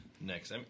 next